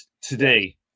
today